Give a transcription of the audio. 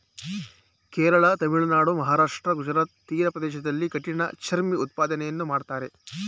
ಕೇರಳ, ತಮಿಳುನಾಡು, ಮಹಾರಾಷ್ಟ್ರ, ಗುಜರಾತ್ ತೀರ ಪ್ರದೇಶಗಳಲ್ಲಿ ಕಠಿಣ ಚರ್ಮಿ ಉತ್ಪಾದನೆಯನ್ನು ಮಾಡ್ತರೆ